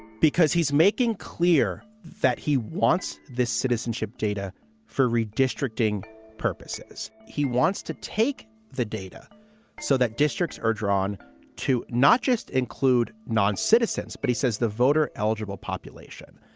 because he's making clear that he wants this citizenship data for redistricting purposes. he wants to take the data so that districts are drawn to not just include non-citizens. but he says the voter eligible population,